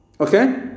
Okay